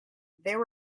there